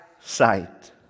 sight